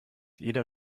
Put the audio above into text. jeder